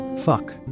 Fuck